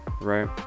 right